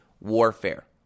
warfare